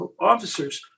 officers